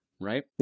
right